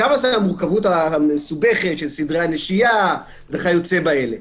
שם המורכבות המסובכת של סדרי הנשייה וכיוצא באלה.